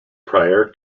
prior